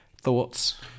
thoughts